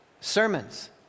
sermons